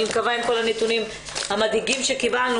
אני מקווה עם כל הנתונים המדאיגים שקיבלנו